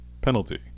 penalty